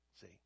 see